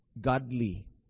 godly